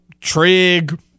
trig